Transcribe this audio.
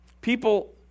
People